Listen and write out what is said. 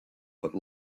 but